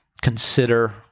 Consider